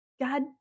God